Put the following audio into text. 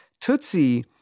Tootsie